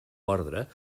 ordre